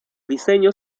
diseño